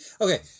Okay